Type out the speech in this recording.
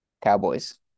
Cowboys